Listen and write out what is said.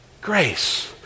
grace